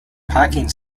parking